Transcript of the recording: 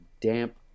damp